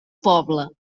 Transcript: pobla